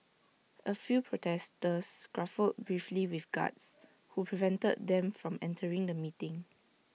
A few protesters scuffled briefly with guards who prevented them from entering the meeting